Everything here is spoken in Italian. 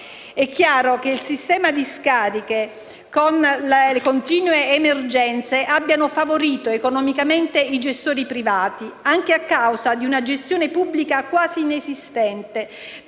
È chiaro che il sistema discariche, con le continue emergenze, abbia favorito economicamente i gestori privati, anche a causa di una gestione pubblica quasi inesistente,